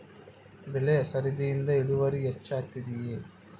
ಬೆಳೆ ಸರದಿಯಿಂದ ಇಳುವರಿ ಹೆಚ್ಚುತ್ತದೆಯೇ?